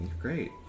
great